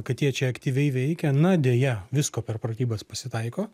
kad jie čia aktyviai veikia na deja visko per pratybas pasitaiko